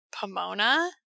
Pomona